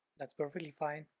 that's perfectly fine,